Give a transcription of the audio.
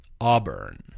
Auburn